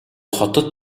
хотод